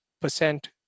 percent